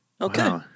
Okay